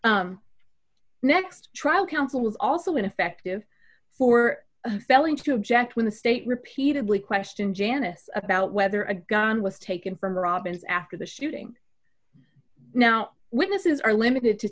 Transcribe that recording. defense next trial counsel was also ineffective for failing to object when the state repeatedly question janice about whether a gun was taken from robbins after the shooting now witnesses are limited to